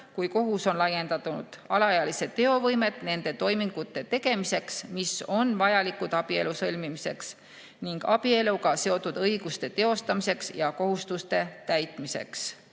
kui kohus on laiendanud alaealise teovõimet nende toimingute tegemiseks, mis on vajalikud abielu sõlmimiseks ning abieluga seotud õiguste teostamiseks ja kohustuste täitmiseks.